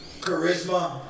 charisma